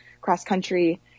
cross-country